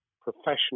professional